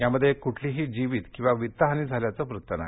यामध्ये कुठलीही जीवित किंवा वित्तहानी झाल्याचं वृत्त नाही